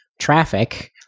traffic